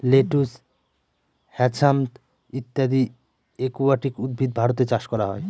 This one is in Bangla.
লেটুস, হ্যাছান্থ ইত্যাদি একুয়াটিক উদ্ভিদ ভারতে চাষ করা হয়